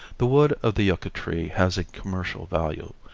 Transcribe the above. the wood of the yucca tree has a commercial value.